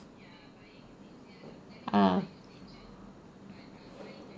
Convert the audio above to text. ah